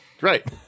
Right